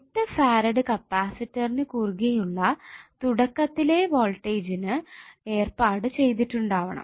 8 farad കപ്പാസിറ്ററിനു കുറുകെ ഉള്ള തുടക്കത്തിലേ വോൾടേജിനു ഏർപ്പാട് ചെയ്തിട്ടുണ്ടാവണം